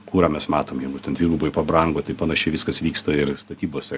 kurą mes matom jeigu ten dvigubai pabrango tai panašiai viskas vyksta ir statybose